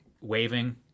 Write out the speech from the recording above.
waving